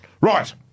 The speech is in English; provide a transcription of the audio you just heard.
Right